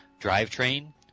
drivetrain